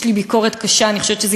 יש לי ביקורת קשה: אני חושבת שזה